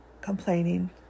complaining